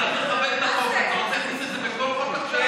אתה רוצה להכניס את זה בכל חוק עכשיו?